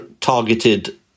targeted